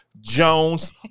Jones